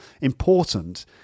important